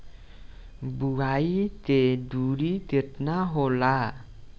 बुआई के दुरी केतना होला?